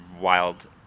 wild